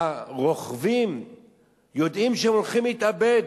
והרוכבים יודעים שהם הולכים להתאבד.